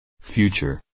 Future